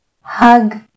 hug